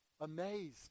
amazed